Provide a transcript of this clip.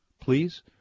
Please